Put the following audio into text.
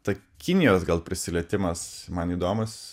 ta kinijos gal prisilietimas man įdomus